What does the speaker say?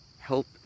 help